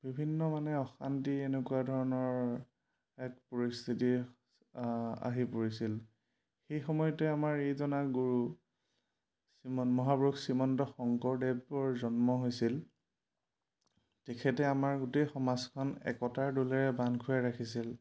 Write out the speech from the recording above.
বিভিন্ন মানে অশান্তি এনেকুৱা ধৰণৰ এক পৰিস্থিতি আহি পৰিছিল সেই সময়তে আমাৰ এইজনা গুৰু মহাপুৰুষ শ্ৰীমন্ত শংকৰদেৱৰ জন্ম হৈছিল তেখেতে আমাৰ গোটেই সমাজখন একতাৰ দোলেৰে বান্ধ খুৱাই ৰাখিছিল